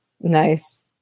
Nice